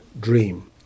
dream